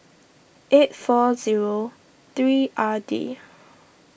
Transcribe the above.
eight four zero three R D